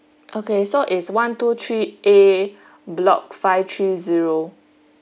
okay so is one two three A block five three zero